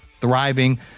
thriving